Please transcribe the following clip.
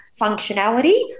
functionality